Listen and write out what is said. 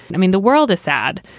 i mean, the world is sad,